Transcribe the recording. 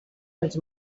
els